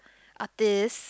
artist